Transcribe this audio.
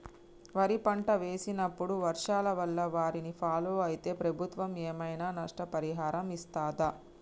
వరి పంట వేసినప్పుడు వర్షాల వల్ల వారిని ఫాలో అయితే ప్రభుత్వం ఏమైనా నష్టపరిహారం ఇస్తదా?